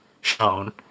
shown